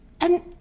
And-